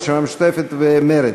הרשימה המשותפת ומרצ.